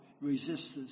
resistance